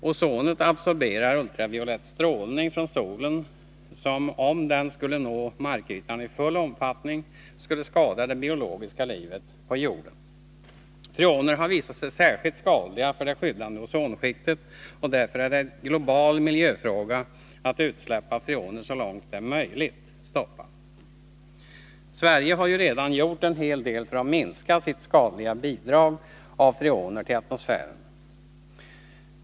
Ozonet absorberar ultraviolett strålning från solen som om den skulle nå markytan i full omfattning skulle skada det biologiska livet på jorden. Freoner har visat sig vara särskilt skadliga för det skyddande ozonskiktet, och därför är det en global miljöfråga att utsläpp av freoner så långt det är möjligt stoppas. Sverige har redan gjort en hel del för att minska sitt skadliga bidrag av freoner till atmosfären.